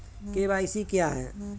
KYC क्या है?